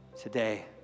Today